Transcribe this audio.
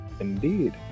Indeed